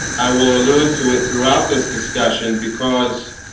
i will allude to it throughout this discussion because